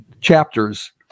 chapters